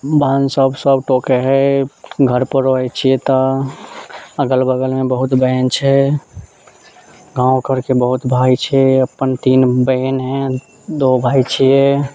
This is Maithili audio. बहन सभ सभ टोकै है घर पर रहैत छियै तऽ अगल बगलमे बहुत बहन छै गाँव घरके बहुत भाइ छै अपन तीन बहन है दो भाइ छियै